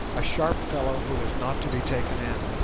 a sharp fellow who is not to be taken in.